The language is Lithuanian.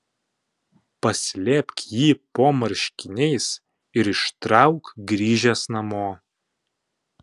paslėpk jį po marškiniais ir ištrauk grįžęs namo